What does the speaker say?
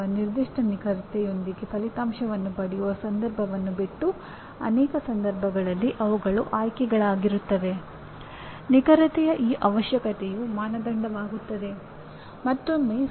ಅವರ ವೃತ್ತಿಜೀವನದ ವಿವಿಧ ಹಂತಗಳಲ್ಲಿ ಅವರು ಈ ಎಲ್ಲಾ ಚಟುವಟಿಕೆಗಳಲ್ಲಿ ಭಾಗಿಯಾಗಿರಬಹುದು ಆದರೆ ಯಾವುದೇ ಸಮಯದಲ್ಲಿ ಅವರು ಈ ಚಟುವಟಿಕೆಗಳಲ್ಲಿ ಕೇವಲ ಒಂದರಲ್ಲಿ ಮಾತ್ರ ಭಾಗಿಯಾಗಿರುತ್ತಾರೆ